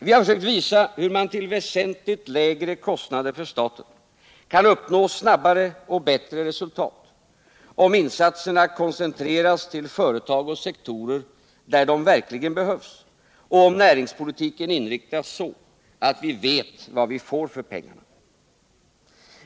Vi har försökt visa hur man till väsentligt lägre kostnader för staten kan uppnå snabbare och bättre resultat, om insatserna koncentreras till företag och sektorer, där de verkligen behövs, och om näringspolitiken inriktas så, att vi vet vad vi får för pengarna.